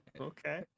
okay